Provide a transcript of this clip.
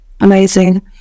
Amazing